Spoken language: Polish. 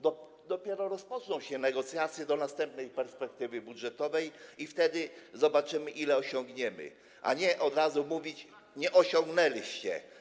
Dopiero rozpoczną się negocjacje następnej perspektywy budżetowej i wtedy zobaczymy, ile osiągniemy, a nie od razu mówicie: nie osiągnęliście.